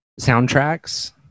soundtracks